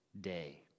day